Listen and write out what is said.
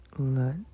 Let